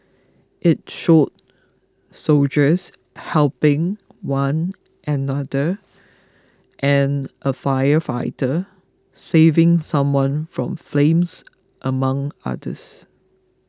it showed soldiers helping one another and a firefighter saving someone from flames among others